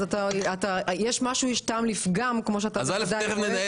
יש טעם לפגם, כמו שאתה בוודאי רואה בעצמך.